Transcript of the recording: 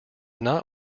not